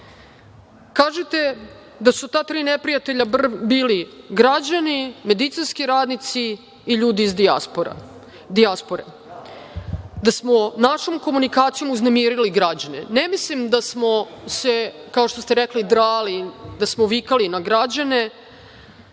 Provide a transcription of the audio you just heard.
Kažete da su ta tri neprijatelja bili građani, medicinski radnici i ljudi iz dijaspore. Da smo našom komunikacijom uznemirili građane. Ne mislim da smo se, kao što ste rekli drali, da smo vikali na građane,